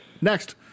next